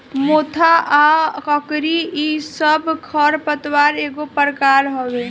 मोथा आ अकरी इ सब खर पतवार एगो प्रकार हवे